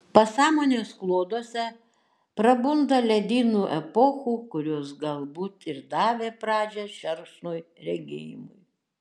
pasąmonės kloduose prabunda ledynų epochų kurios galbūt ir davė pradžią šerkšnui regėjimai